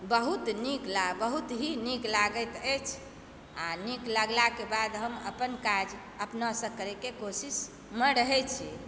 बहुत नीक बहुत ही नीक लागैत अछि आ नीक लागलाके बाद हम अपन काज अपनासँ करयके कोशिशमऽ रहैत छी